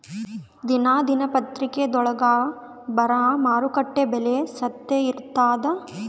ದಿನಾ ದಿನಪತ್ರಿಕಾದೊಳಾಗ ಬರಾ ಮಾರುಕಟ್ಟೆದು ಬೆಲೆ ಸತ್ಯ ಇರ್ತಾದಾ?